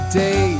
day